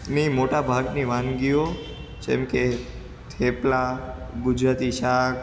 ની મોટાભાગની વાનગીઓ જેમકે થેપલા ગુજરાતી શાક